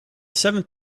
seventh